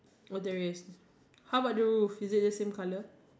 oh there is how about the roof is it the same colour